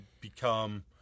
become